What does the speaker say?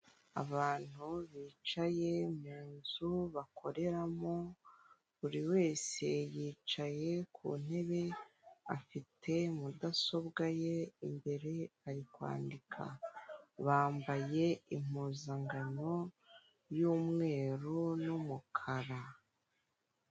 Abantu bicaye mu nzu bakoreramo, buri wese yicaye ku ntebe afite mudasobwa ye imbere ari kwandika bambaye impuzangano y'umweru n'umukara.